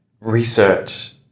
Research